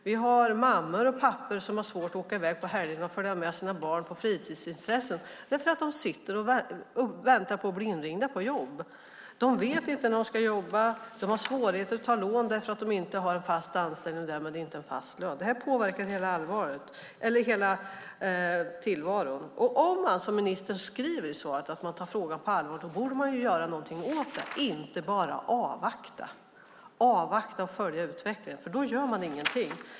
Det finns mammor och pappor som har svårt att åka i väg på helgerna och följa med sina barn på fritidsintressen därför att de sitter och väntar på att bli inringda på jobb. De vet inte när de ska jobba. De har svårigheter att ta lån för att de inte har fast anställning och därmed inte fast lön. Det påverkar hela tillvaron. Skriver man som ministern gör i svaret att man tar frågan på allvar borde man göra något åt det, inte bara avvakta och följa utvecklingen. Då gör man ingenting.